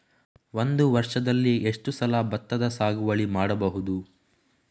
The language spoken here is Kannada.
ಒಂದು ವರ್ಷದಲ್ಲಿ ಎಷ್ಟು ಸಲ ಭತ್ತದ ಸಾಗುವಳಿ ಮಾಡಬಹುದು?